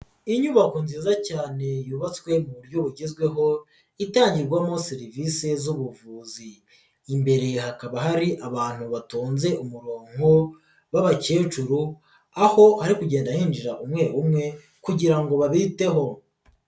Inyubako nziza cyane yubatswe mu buryo bugezweho itangirwamo serivise z'ubuvuzi, imbere hakaba hari abantu batonze umuronko b'abakecuru aho hari kugenda hinjira umwe umwe kugira ngo babiteho.